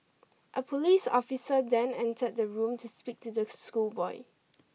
a police officer then entered the room to speak to the schoolboy